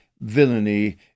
villainy